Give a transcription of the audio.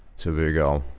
so there you go.